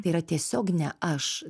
tai yra tiesiog ne aš